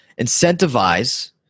incentivize